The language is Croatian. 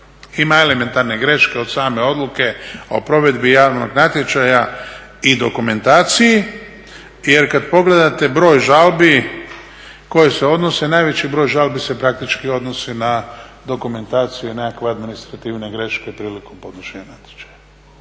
ima elementarne greške od same odluke o provedbi javnog natječaja i dokumentaciji. Jer kad pogledate broj žalbi koje se odnose, najveći broj žalbi se praktički odnosi na dokumentaciju, nekakve administrativne greške prilikom podnošenja natječaja.